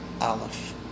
Aleph